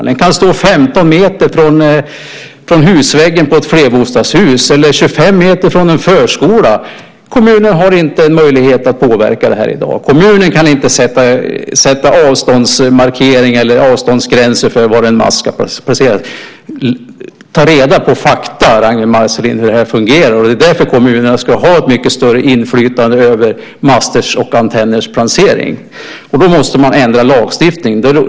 Den kan stå 15 meter från husväggen på ett flerbostadshus eller 25 meter från en förskola. Kommunen har inte en möjlighet att påverka det här i dag. Kommunen kan inte sätta avståndsmarkering eller avståndsgränser för var en mast ska vara placerad. Ta reda på fakta om hur det här fungerar, Ragnwi Marcelind! Det är därför kommunerna ska ha ett mycket större inflytande över masters och antenners placering, och då måste man ändra lagstiftningen.